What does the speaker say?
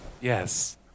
Yes